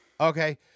Okay